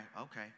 okay